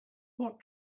what